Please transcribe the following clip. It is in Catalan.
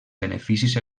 beneficis